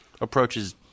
approaches